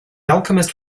alchemist